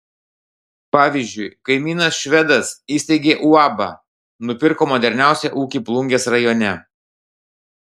pavyzdžiui kaimynas švedas įsteigė uabą nupirko moderniausią ūkį plungės rajone